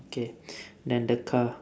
okay then the car